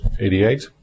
88